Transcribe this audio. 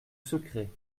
secret